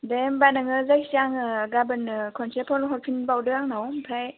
दे होनबा नोङो जायखिया आङो गाबोननो खनसे फन हरफिन बावदो आंनाव आमफ्राय